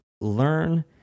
Learn